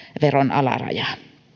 alarajaa